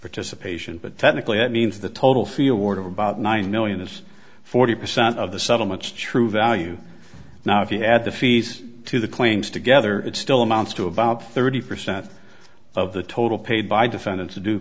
participation but technically it means the total field ward of about nine million is forty percent of the settlements true value now if you add the fees to the claims together it still amounts to about thirty percent of the total paid by defendant